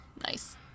Nice